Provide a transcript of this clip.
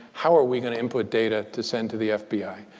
how are we going to input data to send to the fbi?